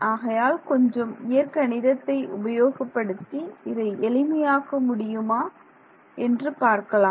ஆகையால் கொஞ்சம் இயற்கணிதத்தை உபயோகப்படுத்தி இதை எளிமையாக்க முடியுமா என்று பார்க்கலாம்